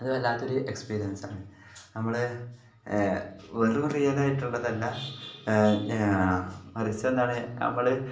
അത് വല്ലാത്തൊരു എക്സ്പീരിയൻസ് ആണ് നമ്മൾ വെറും റിയൽ ആയിട്ടുള്ളതല്ല മറിച്ച് എന്താണ് നമ്മൾ